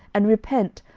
and repent,